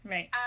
Right